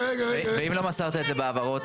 ואם לא מסרת את זה בהבהרות?